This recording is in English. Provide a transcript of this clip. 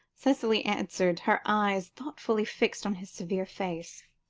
cicely answered, her eyes thoughtfully fixed on his severe face.